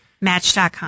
Match.com